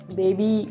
baby